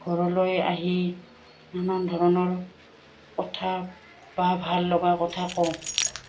ঘৰলৈ আহি নানান ধৰণৰ কথা বা ভাল লগা কথা কওঁ